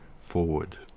forward